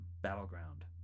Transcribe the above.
battleground